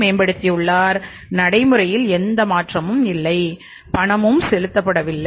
மேம்படுத்தியுள்ளார் நடைமுறையில் எந்த மாற்றமும் இல்லை பணமும் செலுத்தப்படவில்லை